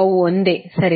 ಅವು ಒಂದೇ ಸರಿನಾ